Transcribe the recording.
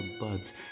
buds